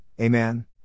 Amen